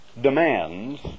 demands